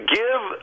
give